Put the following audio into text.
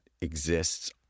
exists